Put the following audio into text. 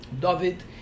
David